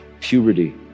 puberty